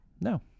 No